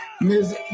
Miss